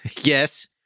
yes